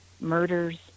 murders